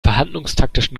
verhandlungstaktischen